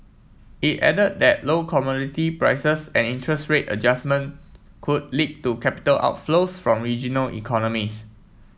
it added that low commodity prices and interest rate adjustment could lead to capital outflows from regional economies